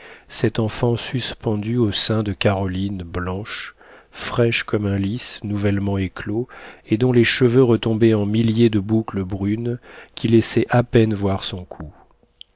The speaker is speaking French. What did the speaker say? cet enfant suspendu au sein de caroline blanche fraîche comme un lis nouvellement éclos et dont les cheveux retombaient en milliers de boucles brunes qui laissaient à peine voir son cou